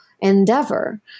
Endeavor